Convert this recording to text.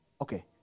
Okay